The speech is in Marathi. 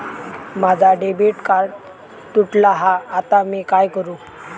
माझा डेबिट कार्ड तुटला हा आता मी काय करू?